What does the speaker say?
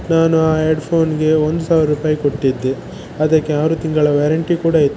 ನಾನು ಆ ಎಡ್ಫೋನ್ಗೆ ಒಂದು ಸಾವಿರ ರೂಪಾಯಿ ಕೊಟ್ಟಿದ್ದೆ ಅದಕ್ಕೆ ಆರು ತಿಂಗಳ ವ್ಯಾರೆಂಟಿ ಕೂಡ ಇತ್ತು